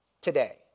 today